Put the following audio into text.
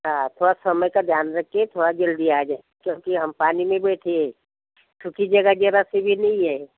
हाँ थोड़ा समय का ध्यान रखिए थोड़ा जल्दी आ जाइए क्योंकि हम पानी में बैठे हैं क्योंकि जगह ज़रा सी भी नहीं है